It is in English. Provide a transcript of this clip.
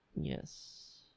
Yes